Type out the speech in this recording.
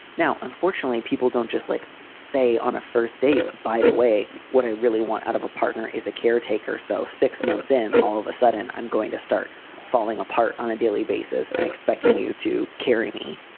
now, unfortunately, people don't just like, say, on a first date, by the way. what i really want out of a partner is a caretaker. so six months in, all of a sudden i'm going to start falling apart on a daily basis and expecting you to carry me.